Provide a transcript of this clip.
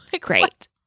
Great